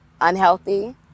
unhealthy